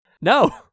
No